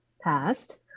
passed